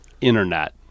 internet